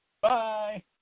Bye